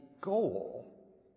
goal